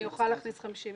אני אוכל להכניס 50 איש.